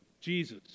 Jesus